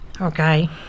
okay